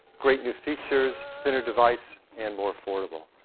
great new features, thinner device and more affordable.